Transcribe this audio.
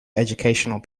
educational